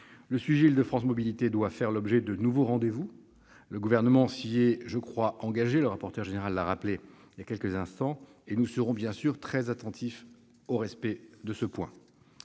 d'Île-de-France Mobilités doit faire l'objet de nouveaux rendez-vous. Le Gouvernement s'y est, je crois, engagé, le rapporteur l'a rappelé il y a quelques instants. Nous serons bien sûr très attentifs au respect de ce point.